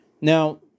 Now